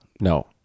No